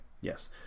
yes